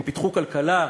הם פיתחו כלכלה?